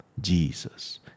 Jesus